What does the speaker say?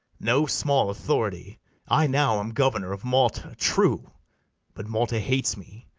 no small authority i now am governor of malta true but malta hates me,